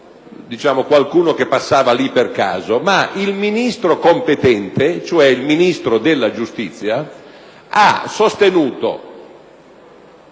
non qualcuno che passava lì per caso, ma il Ministro competente, cioè il Ministro della giustizia, ha sostenuto,